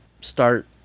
start